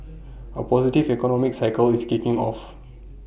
A positive economic cycle is kicking off